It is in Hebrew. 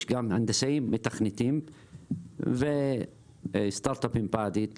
יש גם הנדסים ומתכנתים וסטארטאפים בעתיד,